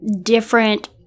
different